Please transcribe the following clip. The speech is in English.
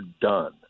done